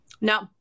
no